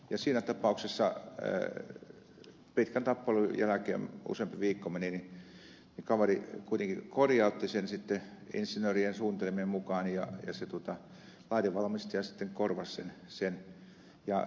ja siinä tapauksessa pitkän tappelun jälkeen useampi viikko meni kaveri kuitenkin korjautti sen sitten insinöörien suunnitelmien mukaan ja laitevalmistaja sitten korvasi sen